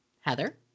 Heather